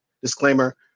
disclaimer